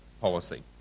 policy